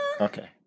Okay